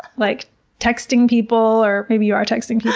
like texting people or, maybe you are texting